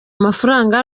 amafaranga